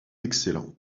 excellent